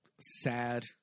sad